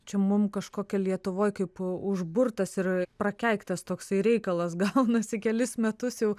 čia mum kažkokia lietuvoje kaip užburtas ir prakeiktas toksai reikalas gaunasi kelis metus jau